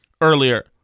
earlier